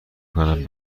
کنم